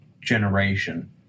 generation